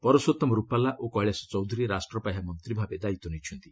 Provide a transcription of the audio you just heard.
ପରଷୋଉମ୍ ରୁପାଲା ଓ କୈଳାସ ଚୌଧୁରୀ ରାଷ୍ଟ୍ରପାହ୍ୟା ମନ୍ତ୍ରୀ ଭାବେ ଦାୟିତ୍ୱ ନେଇଛନ୍ତି